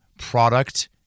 product